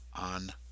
on